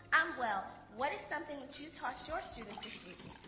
i'm well what is something that you taught your students this week?